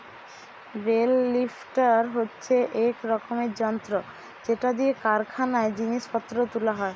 bell lifter হচ্ছে এক রকমের যন্ত্র যেটা দিয়ে কারখানায় জিনিস পত্র তুলা হয়